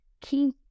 key